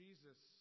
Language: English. Jesus